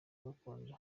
gakondo